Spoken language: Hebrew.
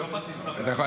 לא באתי סתם להגיד.